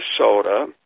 Minnesota